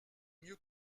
mieux